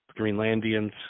Greenlandians